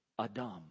Adam